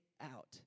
out